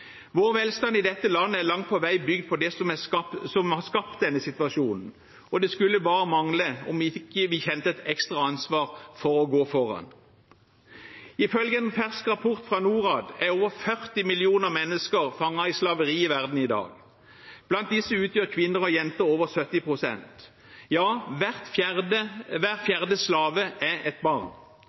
Vår velstand i dette landet er langt på vei bygd på det som har skapt denne situasjonen, og det skulle bare mangle om vi ikke kjente et ekstra ansvar for å gå foran. Ifølge en fersk rapport fra Norad er over 40 millioner mennesker fanget i slaveri i verden i dag. Blant disse utgjør kvinner og jenter over 70 pst. Hver fjerde slave er et barn.